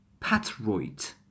patroit